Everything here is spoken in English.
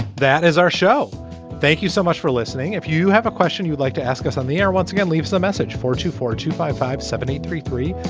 that is our show thank you so much for listening. if you have a question you'd like to ask us on the air once again leaves a message for two four two five five seven eight three three.